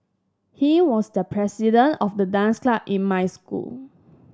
he was the president of the dance club in my school